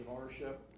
ownership